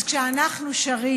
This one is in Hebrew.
אז כשאנחנו שרים: